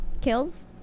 kills